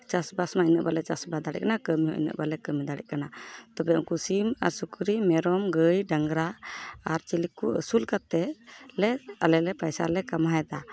ᱪᱟᱥᱵᱟᱥ ᱢᱟ ᱤᱱᱟᱹᱜ ᱵᱟᱝᱞᱮ ᱪᱟᱥᱵᱟᱥ ᱫᱟᱲᱮᱭᱟᱜ ᱠᱟᱱᱟ ᱠᱟᱹᱢᱤ ᱦᱚᱸ ᱤᱱᱟᱹᱜ ᱵᱟᱝᱞᱮ ᱠᱟᱹᱢᱤ ᱫᱟᱲᱮᱜ ᱠᱟᱱᱟ ᱛᱚᱵᱮ ᱩᱱᱠᱩ ᱥᱤᱢ ᱟᱨ ᱥᱩᱠᱨᱤ ᱢᱮᱨᱚᱢ ᱜᱟᱹᱭ ᱰᱟᱝᱨᱟ ᱟᱨ ᱪᱤᱞᱤ ᱠᱚ ᱟᱹᱥᱩᱞ ᱠᱟᱛᱮᱫ ᱞᱮ ᱟᱞᱮ ᱞᱮ ᱯᱟᱭᱥᱟ ᱞᱮ ᱠᱟᱢᱟᱣᱮᱫᱟ